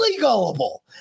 gullible